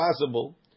possible